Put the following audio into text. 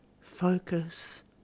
focus